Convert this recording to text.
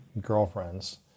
girlfriends